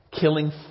killing